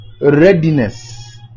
readiness